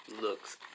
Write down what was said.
looks